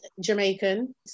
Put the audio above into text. jamaican